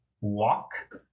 Walk